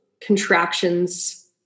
contractions